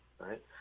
right